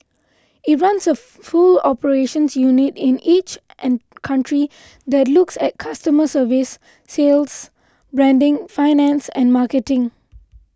it runs a full operations unit in each an country that looks at customer service sales branding finance and marketing